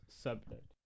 subject